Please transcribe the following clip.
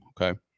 Okay